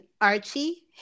Archie